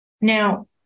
Now